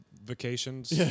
Vacations